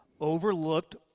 overlooked